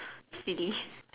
silly